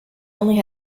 only